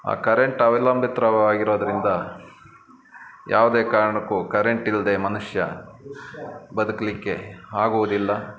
ಆ ಕರೆಂಟ್ ಅವೆಲಂಬಿತವಾಗಿರೋದರಿಂದ ಯಾವುದೇ ಕಾರಣಕ್ಕೂ ಕರೆಂಟ್ ಇಲ್ಲದೇ ಮನುಷ್ಯ ಬದುಕ್ಲಿಕ್ಕೆ ಆಗುವುದಿಲ್ಲ